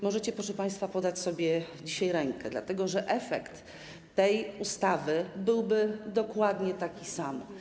Możecie, proszę państwa, podać sobie dzisiaj ręce, dlatego że efekt przyjęcia tej ustawy byłby dokładnie taki sam.